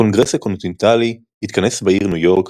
הקונגרס הקונטיננטלי התכנס בעיר ניו יורק,